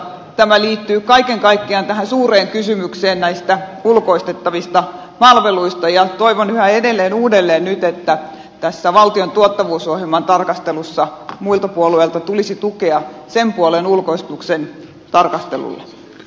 tämä liittyy kaiken kaikkiaan tähän suureen kysymykseen näistä ulkoistettavista palveluista ja toivon yhä edelleen uudelleen nyt että tässä valtion tuottavuusohjelman tarkastelussa muilta puolueilta tulisi tukea sen puolen ulkoistuksen tarkastelulle